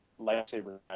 lightsaber